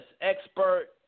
expert